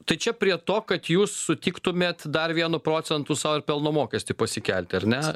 tai čia prie to kad jūs sutiktumėt dar vienu procentu sau ir pelno mokestį pasikelti ar ne